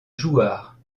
jouarre